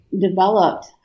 developed